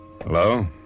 Hello